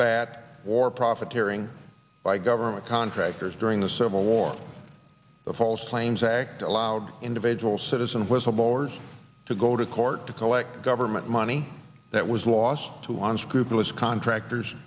combat or profiteering by government contractors during the civil war the false claims act allowed individual citizen whistleblowers to go to court to collect government money that was lost to unscrupulous contractors